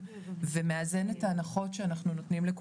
הם צריכים לנהל את כל המערכות שלהם.